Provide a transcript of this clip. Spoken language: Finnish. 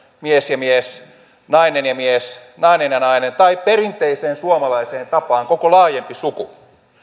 mies ja mies nainen ja mies nainen ja nainen tai perinteiseen suomalaiseen tapaan koko laajempi suku